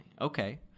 Okay